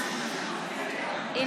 אתה